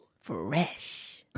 Fresh